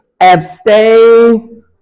Abstain